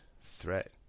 threat